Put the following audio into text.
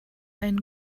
ein